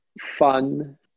Fun